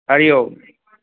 हरिओम